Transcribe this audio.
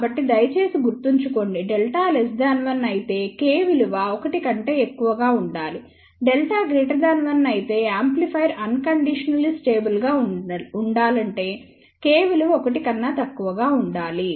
కాబట్టి దయచేసి గుర్తుంచుకోండి Δ 1 అయితే K విలువ 1 కంటే ఎక్కువగా ఉండాలి Δ 1 అయితేయాంప్లిఫైయర్ అన్ కండీషనల్లీ స్టేబుల్ గా ఉండాలంటే K విలువ 1 కన్నా తక్కువ గా ఉండాలి